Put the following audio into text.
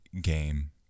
game